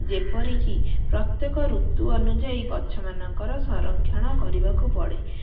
ଯେପରିକି ପ୍ରତ୍ୟେକ ଋତୁ ଅନୁଯାୟୀ ଗଛମାନଙ୍କର ସଂରକ୍ଷଣ କରିବାକୁ ପଡ଼େ